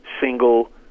single